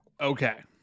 Okay